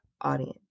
audience